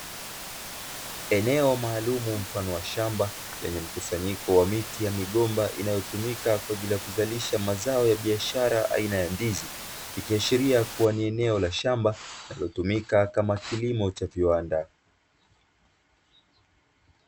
Eneo maalumu mfano wa shamba lenye mkusanyiko wa migomba inayotumika kwa ajili ya kuzalisha mazaoya biashara aina ya ndizi, ikiashiria kuwa ni eneo la shamba linalotumika kama kilimo cha viwanda.